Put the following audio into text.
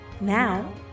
Now